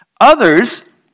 Others